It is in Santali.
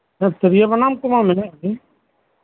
ᱦᱮᱸ ᱛᱨᱤᱭᱳ ᱵᱟᱱᱟᱢ ᱠᱚᱢᱟ ᱢᱮᱱᱟᱜ ᱜᱮ